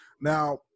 Now